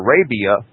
Arabia